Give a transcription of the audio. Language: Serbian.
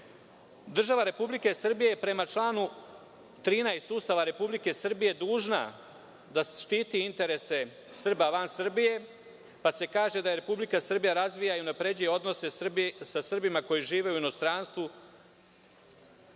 Srbije. Država Republike Srbije je prema članu 13. Ustava Republike Srbije dužna da štiti interese Srba van Srbije, pa se kaže da Republika Srbija razvija i unapređuje odnose Srbije sa Srbima koji žive u inostranstvu,